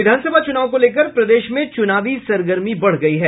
विधानसभा चुनाव को लेकर प्रदेश में चुनावी सरगर्मी बढ़ गयी है